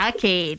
Okay